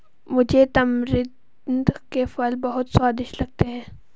मुझे तमरिंद के फल बहुत स्वादिष्ट लगते हैं